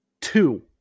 two